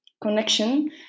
connection